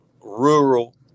rural